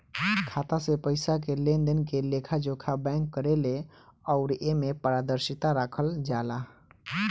खाता से पइसा के लेनदेन के लेखा जोखा बैंक करेले अउर एमे पारदर्शिता राखल जाला